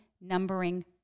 numbering